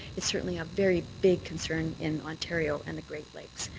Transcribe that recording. it's certainly a very big concern in ontario and the great lakes.